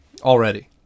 already